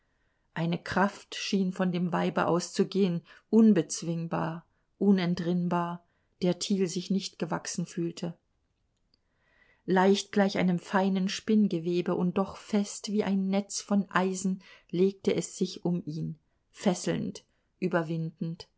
eine kraft schien von dem weibe auszugehen unbezwingbar unentrinnbar der thiel sich nicht gewachsen fühlte leicht gleich einem feinen spinngewebe und doch fest wie ein netz von eisen legte es sich um ihn fesselnd überwindend